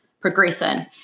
progressing